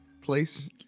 place